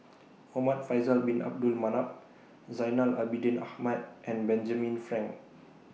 Muhamad Faisal Bin Abdul Manap Zainal Abidin Ahmad and Benjamin Frank